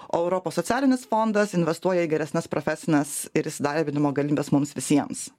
o europos socialinis fondas investuoja į geresnes profesines ir įsidarbinimo galimybes mums visiems